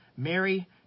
Mary